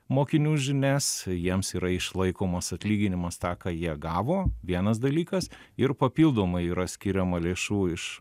mokinių žinias jiems yra išlaikomas atlyginimas tą ką jie gavo vienas dalykas ir papildomai yra skiriama lėšų iš